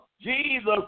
Jesus